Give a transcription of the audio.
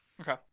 Okay